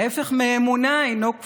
ההפך מאמונה אינו כפירה,